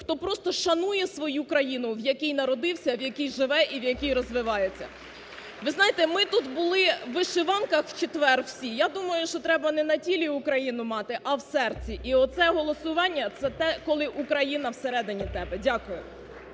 хто просто шанує свою країну, в якій народився, в якій живе і в якій розвивається. (Оплески) Ви знаєте, ми тут були у вишиванках в четвер всі, я думаю, що треба не на тілі Україну мати, а в серці. І оце голосування – це те, коли Україна всередині тебе. Дякую.